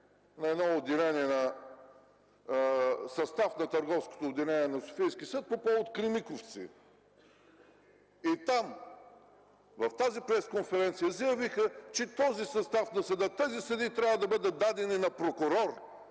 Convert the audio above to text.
едно решение на състав на Търговското отделение на Софийски съд по повод Кремиковци. И там, в тази пресконференция, заявиха, че този състав на съда, тези съдии трябва да бъдат дадени на прокурор,